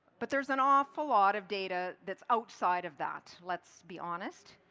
but there's an awful lot of data that's outside of that. let's be honest.